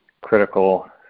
critical